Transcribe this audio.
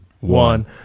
one